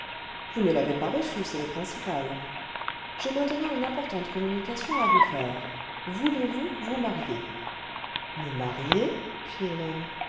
vous ne l'avez pas reçu c'est le principal j'ai maintenant une importante communication à vous faire voulez-vous vous marier ijc vingtième siècle me marier